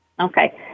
Okay